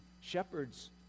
shepherds